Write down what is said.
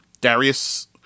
Darius